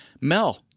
Mel